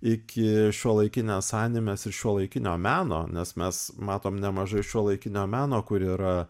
iki šiuolaikinės animes ir šiuolaikinio meno nes mes matom nemažai šiuolaikinio meno kur yra